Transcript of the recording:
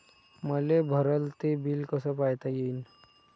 मले भरल ते बिल कस पायता येईन?